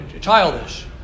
childish